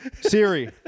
Siri